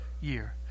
year